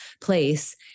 place